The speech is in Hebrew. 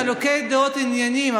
בינינו יש חילוקי דעות ענייניים,